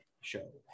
show